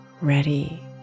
ready